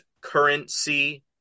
currency